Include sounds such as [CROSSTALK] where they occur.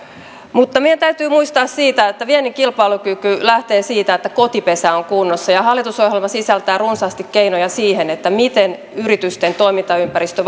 mutta meidän täytyy muistaa että viennin kilpailukyky lähtee siitä että kotipesä on kunnossa ja hallitusohjelma sisältää runsaasti keinoja siihen miten yritysten toimintaympäristö [UNINTELLIGIBLE]